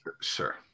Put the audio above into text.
Sure